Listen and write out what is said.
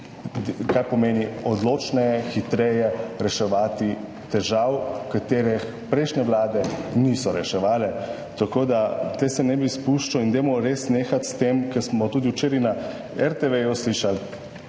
kaj pomeni odločneje, hitreje reševati težav, katerih prejšnje vlade niso reševale. Tako tu se ne bi spuščal in dajmo res nehati s tem, kar smo tudi včeraj na RTV slišali,